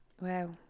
wow